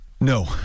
No